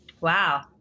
Wow